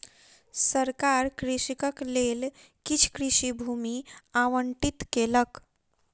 सरकार कृषकक लेल किछ कृषि भूमि आवंटित केलक